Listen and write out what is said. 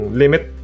limit